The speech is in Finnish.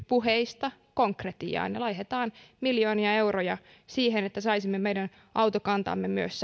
puheista konkretiaan ja laitetaan miljoonia euroja siihen että saisimme meidän autokantamme myös